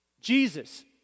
Jesus